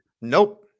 Nope